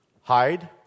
Hide